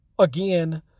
Again